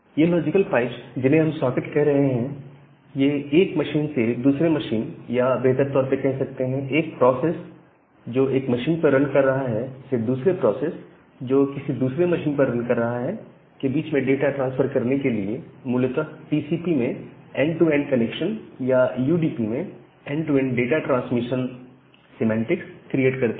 ये logical pipes जिन्हें हम सॉकेट कह रहे हैं ये एक मशीन से दूसरे मशीन या बेहतर तौर पर कह सकते हैं एक प्रोसेस जो एक मशीन पर रन कर रहा है से दूसरे प्रोसेस जो किसी दूसरे मशीन पर रन कर रहा है के बीच में डाटा ट्रांसफर करने के लिए मूलतः टीसीपी में एंड टू एंड कनेक्शन या यू डीपी में end to end data transmission semantics create करते हैं